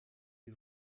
est